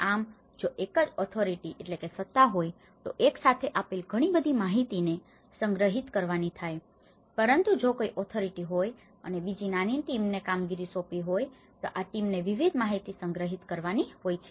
આમ જો એક જ ઓથોરિટી authority સત્તા હોય તો એકસાથે આપેલ ઘણી બધી માહિતીને સંગ્રહિત કરવાની થાય પરંતુ જો કોઈ ઓથોરિટી હોય અને બીજી નાની ટીમને કામગીરી સોંપી હોય તો આ ટીમોને વિવિધ માહિતી સંગ્રહિત કરવાની હોય છે